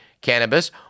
cannabis